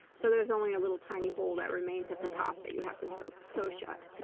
so there's only a little tiny hole that remains at the top that you have to sew so shut